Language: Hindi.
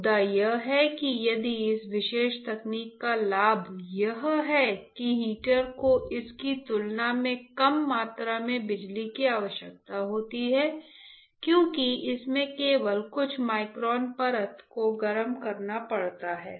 मुद्दा यह है कि यदि इस विशेष तकनीक का लाभ यह है कि हीटर को इसकी तुलना में कम मात्रा में बिजली की आवश्यकता होती है क्योंकि इसमें केवल कुछ माइक्रोन परत को गर्म करना पड़ता है